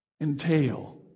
entail